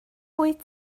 wyt